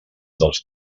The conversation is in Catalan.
dels